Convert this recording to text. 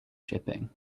shipping